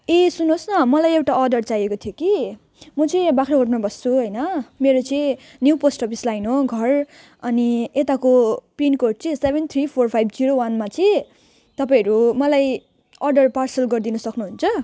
ए सुन्नुहोस् न मलाई एउटा अर्डर चाहिएको थियो कि म चाहिँ यहाँ बाख्राकोटमा बस्छु होइन मेरो चाहिँ न्यू पोस्ट अफिस लाइन हो घर अनि यताको पिनकोड चाहिँ seven three four five zero वानमा चाहिँ तपाईँहरू मलाई अर्डर पार्सल गरिदिन सक्नुहुन्छ